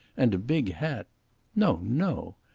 and a big hat no no!